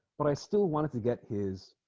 but i still wanted to get his